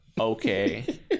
Okay